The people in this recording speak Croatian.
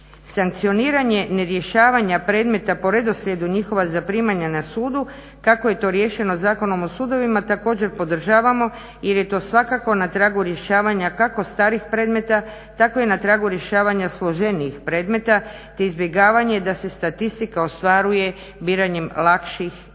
Sankcioniranje nerješavanja predmeta po redoslijedu njihova zaprimanja na sudu kako je to riješeno Zakonom o sudovima također podržavamo jer je to svakako na tragu rješavanja kako starih predmeta tako i na tragu rješavanja složenijih predmeta te izbjegavanje da se statistika ostvaruje biranjem lakših predmeta.